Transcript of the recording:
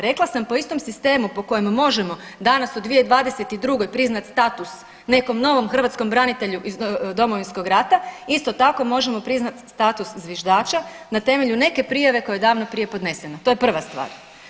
Rekla sam po istom sistemu po kojem možemo danas u 2022. priznat status nekom novom hrvatskom branitelju iz Domovinskog rata isto tako možemo priznat status zviždača na temelju neke prijave koja je davno prije podnesena, to je prva stvar.